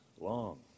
long